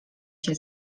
się